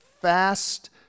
fast